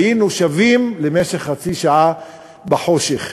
היינו שווים למשך חצי שעה בחושך.